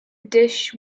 dish